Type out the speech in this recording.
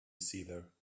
sealer